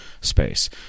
space